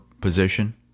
position